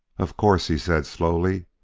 of course, he said slowly,